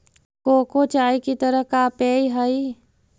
cocoa चाय की तरह का पेय हई